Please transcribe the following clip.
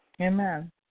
Amen